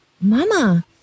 Mama